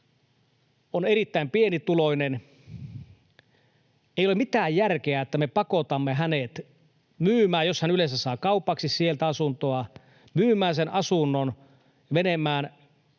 on erittäin pienituloinen. Ei ole mitään järkeä, että me pakotamme hänet myymään sen asunnon — jos hän yleensä saa kaupaksi sieltä asuntoa — menemään